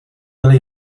byli